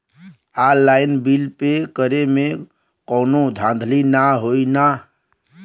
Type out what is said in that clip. Online bill pay करे में कौनो धांधली ना होई ना?